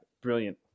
Brilliant